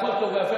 הכול טוב ויפה,